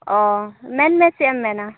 ᱚ ᱢᱮᱱᱢᱮ ᱪᱮᱫᱼᱮᱢ ᱢᱮᱱᱟ